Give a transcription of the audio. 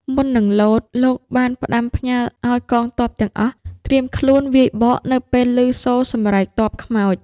មុននឹងលោត លោកបានផ្ដាំផ្ញើឱ្យកងទ័ពទាំងអស់ត្រៀមខ្លួនវាយបកនៅពេលឮសូរសម្រែកទ័ពខ្មោច។